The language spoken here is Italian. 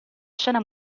scena